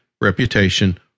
reputation